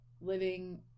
Living